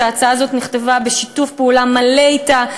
שההצעה הזאת נכתבה בשיתוף פעולה מלא אתם,